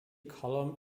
column